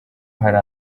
hari